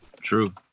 True